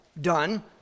done